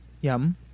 Yum